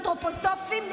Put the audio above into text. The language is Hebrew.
אנתרופוסופיים,